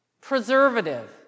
Preservative